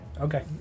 Okay